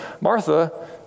Martha